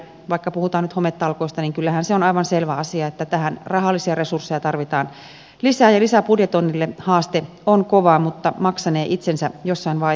vaikka puhutaan nyt hometalkoista niin kyllähän se on aivan selvä asia että tähän rahallisia resursseja tarvitaan lisää ja lisäbudjetoinnille haaste on kova mutta maksanee itsensä jossain vaiheessa takaisin